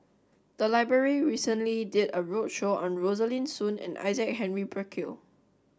the library recently did a roadshow on Rosaline Soon and Isaac Henry Burkill